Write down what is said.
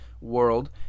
world